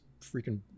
freaking